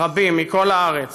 רבים מכל הארץ.